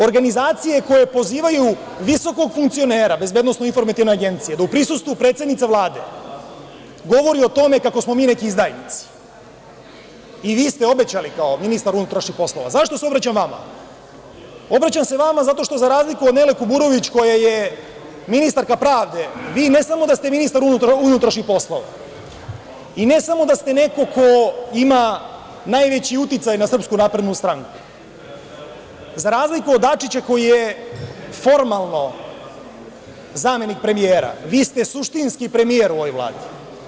Organizacije koje pozivaju visokog funkcionera BIA da u prisustvu predsednice Vlade govori o tome kako smo mi neki izdajnici i vi ste obećali kao ministar unutrašnjih poslova, zašto se obraćam vama, obraćam se vama zato što za razliku od Nele Kuburović, koja je ministarka pravde, vi ne samo da ste ministar unutrašnjih poslova i ne samo da ste neko ko ima najveći uticaj na SNS, za razliku od Dačića koji je formalno zamenik premijera, vi ste suštinski premijer u ovoj Vladi.